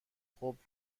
خوب